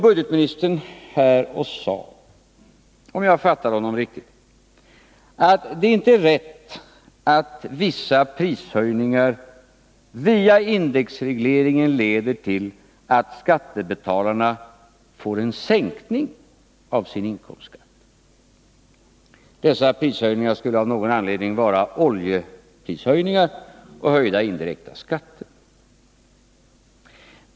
Budgetministern sade nyss - om jag uppfattade honom riktigt — att det inte är rätt att vissa prishöjningar via indexregleringen leder till att skattebetalarna får en sänkning av sin inkomstskatt. Dessa prishöjningar skulle av någon anledning vara oljeprishöjningar och höjda indirekta skatter.